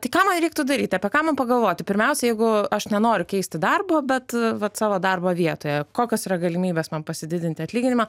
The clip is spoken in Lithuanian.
tai ką man reiktų daryti apie ką pagalvoti pirmiausia jeigu aš nenoriu keisti darbo bet vat savo darbo vietoje kokios yra galimybės man pasididinti atlyginimą